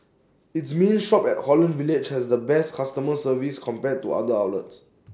its main shop at Holland village has the best customer service compared to other outlets